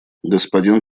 господин